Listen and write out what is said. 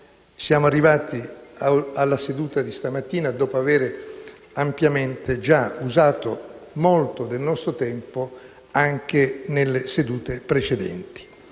Siamo arrivati alla seduta di questa mattina dopo aver già ampiamente usato molto del nostro tempo, anche nelle sedute precedenti.